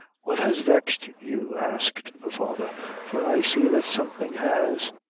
what has vexed you? asked the father for i see that something has.